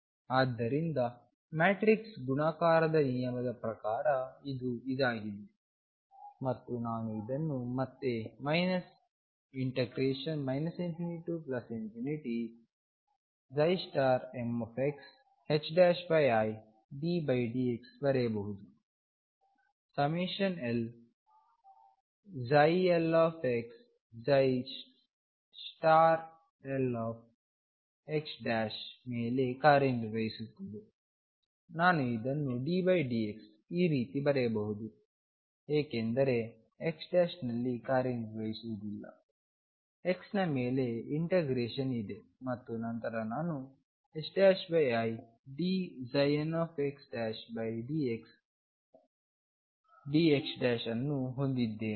ಆದ್ದರಿಂದ ಮ್ಯಾಟ್ರಿಕ್ಸ್ ಗುಣಾಕಾರದ ನಿಯಮದ ಪ್ರಕಾರ ಇದು ಇದಾಗಿದೆ ಮತ್ತು ನಾನು ಇದನ್ನು ಮತ್ತೆ ∞mxiddx ಬರೆಯಬಹುದು llxlxಮೇಲೆ ಕಾರ್ಯನಿರ್ವಹಿಸುತ್ತದೆ ನಾನು ಇದನ್ನು ddxಈ ರೀತಿ ಬರೆಯಬಹುದು ಏಕೆಂದರೆ x ನಲ್ಲಿ ಕಾರ್ಯನಿರ್ವಹಿಸುವುದಿಲ್ಲ x ನ ಮೇಲೆ ಇಂಟಗ್ರೇಶನ್ ಇದೆ ಮತ್ತು ನಂತರ ನಾನು idnxdxdxಅನ್ನು ಹೊಂದಿದ್ದೇನೆ